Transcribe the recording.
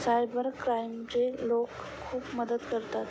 cyber क्राईमचे लोक खूप मदत करतात